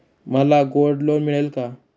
मला gold loan मिळेल का?